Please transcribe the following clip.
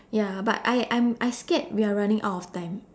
ya but I I'm I scared we are running out of time